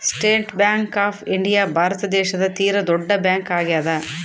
state Bank of India Bharat ದೇಶದ ತೀರ ದೊಡ್ಡ ಬ್ಯಾಂಕ್ ಆಗ್ಯಾದ